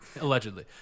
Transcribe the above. allegedly